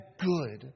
good